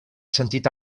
sentit